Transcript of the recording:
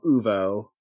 uvo